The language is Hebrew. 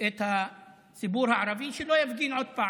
את הציבור הערבי, שלא יפגין עוד פעם,